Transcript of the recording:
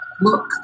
look